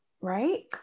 right